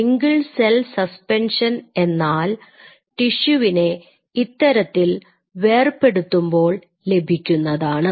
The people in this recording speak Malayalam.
സിംഗിൾ സെൽ സസ്പെൻഷൻ എന്നാൽ ടിഷ്യുവിനെ ഇത്തരത്തിൽ വേർപെടുത്തുമ്പോൾ ലഭിക്കുന്നതാണ്